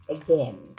again